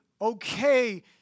okay